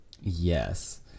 Yes